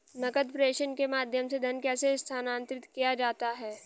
नकद प्रेषण के माध्यम से धन कैसे स्थानांतरित किया जाता है?